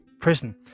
prison